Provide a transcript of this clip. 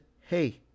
hey